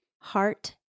heart